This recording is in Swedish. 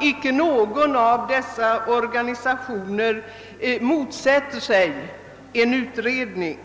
Icke någon av dessa organisationer motsätter sig en utredning.